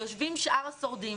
יושבים שאר השורדים,